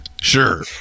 Sure